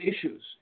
issues